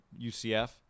UCF